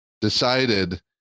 Decided